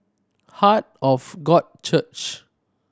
Heart of God Church